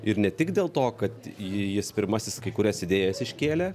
ir ne tik dėl to kad jis pirmasis kai kurias idėjas iškėlė